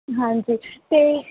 ਹਾਂਜੀ ਅਤੇ